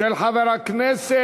של חבר הכנסת